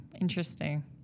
Interesting